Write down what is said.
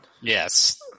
Yes